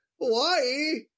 Hawaii